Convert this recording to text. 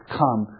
come